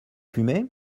fumez